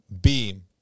beam